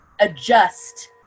adjust